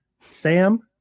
Sam